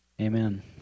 Amen